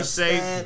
safe